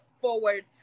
forward